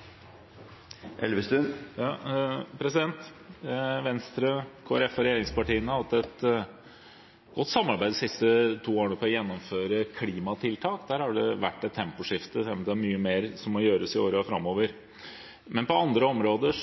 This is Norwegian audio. Venstre, Kristelig Folkeparti og regjeringspartiene har hatt et godt samarbeid de siste to årene om å gjennomføre klimatiltak. Der har det vært et temposkifte, selv om det er mye mer som må gjøres i årene framover, men på andre områder